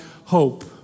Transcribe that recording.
hope